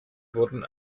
wurden